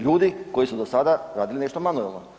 Ljudi koji su do sada radili nešto manuelno.